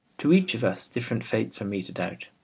to each of us different fates are meted out.